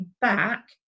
back